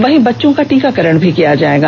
वहीं बच्चों का टीकाकरण भी किया जाएगा